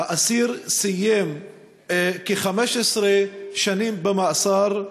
האסיר סיים כ-15 שנים במאסר,